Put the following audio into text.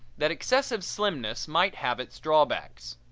that excessive slimness might have its drawbacks.